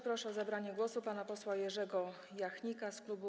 Proszę o zabranie głosu pana posła Jerzego Jachnika z klubu